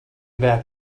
back